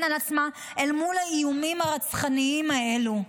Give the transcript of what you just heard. על עצמה אל מול האיומים הרצחניים האלו.